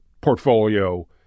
portfolio